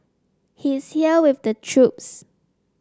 he's there with the troops